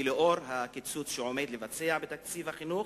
לנוכח הקיצוץ שהוא עומד לבצע בתקציב החינוך,